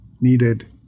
needed